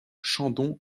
chandon